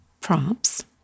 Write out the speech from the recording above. prompts